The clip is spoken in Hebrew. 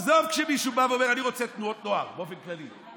עזוב שמישהו בא ואומר: אני רוצה תנועות נוער באופן כללי,